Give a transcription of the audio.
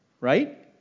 right